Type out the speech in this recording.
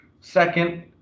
second